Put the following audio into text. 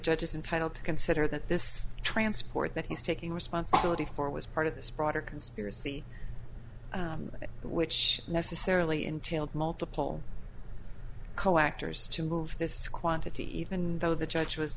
judge is entitle to consider that this transport that he's taking responsibility for was part of this broader conspiracy which necessarily entailed multiple co actors to move this quantity even though the judge was